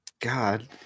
God